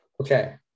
Okay